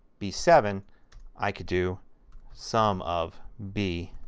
b seven i can do sum of b